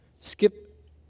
Skip